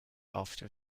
after